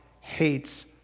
hates